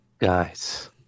Guys